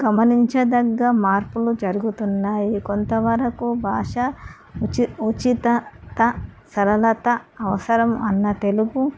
గమనించదగ్గ మార్పులు జరుగుతున్నాయి కొంతవరకు భాష ఉచి ఉచిత త సరళత అవసరం అన్న తెలుగు